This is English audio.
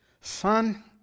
Son